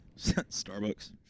Starbucks